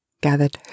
gathered